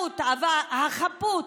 הזכאות, החפות.